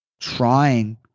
trying